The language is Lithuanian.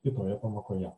kitoje pamokoje